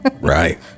Right